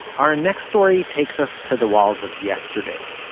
our next story takes us to the walls of yesterday.